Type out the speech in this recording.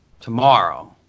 tomorrow